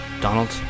Donald